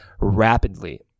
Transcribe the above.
rapidly